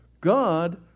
God